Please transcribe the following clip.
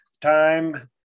time